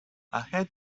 ahead